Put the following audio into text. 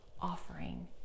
offering